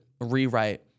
rewrite